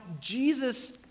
Jesus